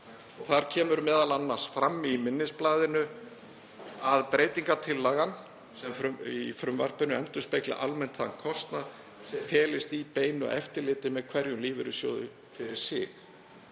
og kemur m.a. fram í minnisblaðinu að breytingartillagan í frumvarpinu endurspegli almennt þann kostnað sem felist í beinu eftirliti með hverjum lífeyrissjóði fyrir sig.